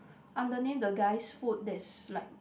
underneath the guy's foot there's like